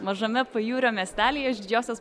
mažame pajūrio miestelyje iš didžiosios